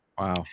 Wow